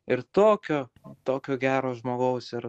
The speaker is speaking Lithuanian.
ir tokio tokio gero žmogaus ir